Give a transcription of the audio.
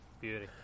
Beauty